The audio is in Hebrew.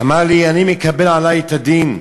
אמר לי: אני מקבל עלי את הדין,